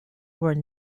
were